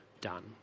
done